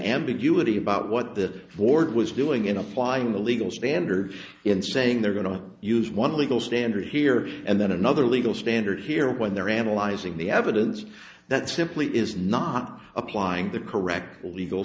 ambiguity about what that board was doing in applying the legal standard in saying they're going to use one of the gold standard here and then another legal standard here when they're analyzing the evidence that simply is not applying the correct legal